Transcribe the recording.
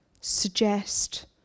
suggest